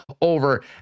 over